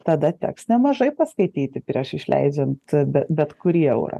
tada teks nemažai paskaityti prieš išleidžiant bet kurį eurą